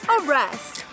arrest